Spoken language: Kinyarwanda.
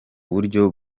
buryo